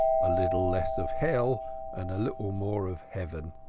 a little less of hell and a little more of heaven.